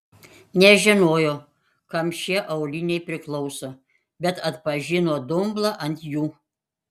nežinojo kam šie auliniai priklauso bet atpažino dumblą ant jų